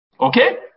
Okay